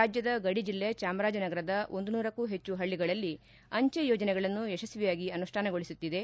ರಾಜ್ಯದ ಗಡಿ ಜಿಲ್ಲೆ ಚಾಮರಾಜನಗರದ ನೂರಕ್ಕೂ ಹೆಚ್ಚು ಹಳ್ಳಗಳಲ್ಲಿ ಅಂಜೆ ಯೋಜನೆಗಳನ್ನು ಯಶಸ್ವಿಯಾಗಿ ಅನುಷ್ಠಾನಗೊಳಿಸುತ್ತಿದೆ